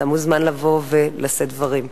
אתה מוזמן לבוא ולשאת דברים.